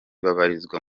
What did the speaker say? babarizwa